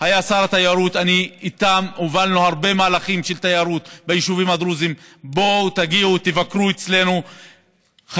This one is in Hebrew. עם התושבים הדרוזים, כי זה מאוד חשוב לנו.